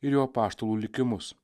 ir jo apaštalų likimus